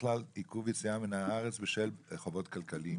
בכלל עיכוב יציאה מן הארץ בשל חובות כלכליים.